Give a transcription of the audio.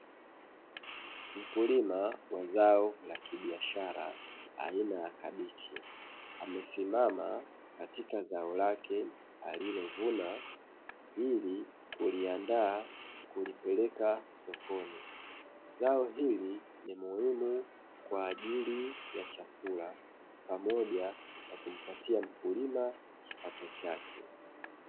Mkulima wa zao la kibiashara aina ya kabichi amesimama katika zao lake alilovuna, ili kuliandaa kulipeleka sokoni. Zao hili ni muhimu kwa ajili ya chakula, pamoja na kumpatia mkulima kipato chake.